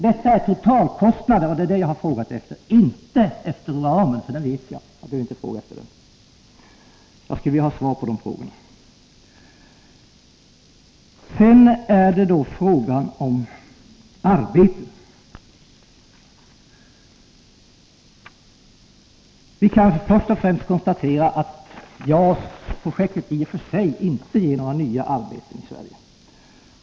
Det är totalkostnaderna jag har frågat efter, inte efter ramen, för den känner jag till. Sedan har vi frågan om nya arbeten. Vi kan först och främst konstatera att JAS-projektet i och för sig inte ger några nya arbeten i Sverige.